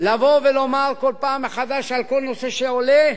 לבוא ולומר כל פעם מחדש, על כל נושא שעולה: